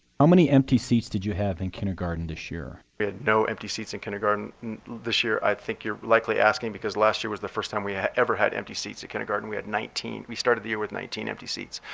how many empty seats did you have in kindergarten this year? we had no empty seats in kindergarten this year. i think you're likely asking because last year was the first time we ever had empty seats in kindergarten, we had nineteen. we started the year with nineteen empty seats.